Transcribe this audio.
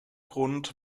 grund